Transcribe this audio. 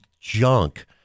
junk